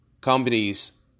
companies